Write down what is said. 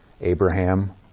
Abraham